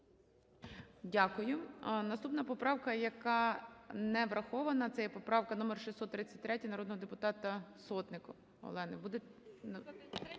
Дякую. Наступна поправка, яка не врахована, це є поправка номер 633 народного депутата Сотник